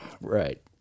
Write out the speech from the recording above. Right